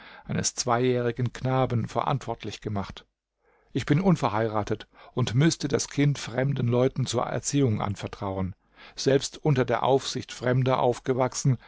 eines zweijährigen knaben verantwortlich gemacht ich bin unverheiratet und müßte das kind fremden leuten zur erziehung anvertrauen selbst unter der aufsicht fremder aufgewachsen